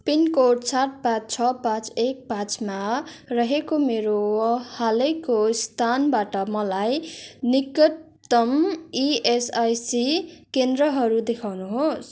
pin code सात पाँच छ पाँच एक पाँचमा रहेको मेरो हालैको स्थानबाट मलाई निकटतम इएसआइसी केन्द्रहरू देखाउनुहोस्